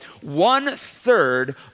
one-third